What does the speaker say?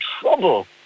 trouble